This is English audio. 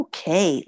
Okay